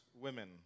women